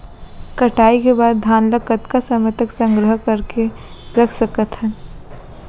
कटाई के बाद धान ला कतका समय तक संग्रह करके रख सकथन?